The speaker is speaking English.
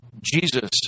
Jesus